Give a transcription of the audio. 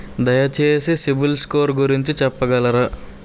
దయచేసి CIBIL score గురించి చెప్పగలరా?